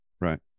Right